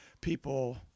people